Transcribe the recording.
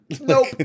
nope